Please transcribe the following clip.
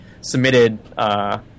submitted